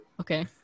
Okay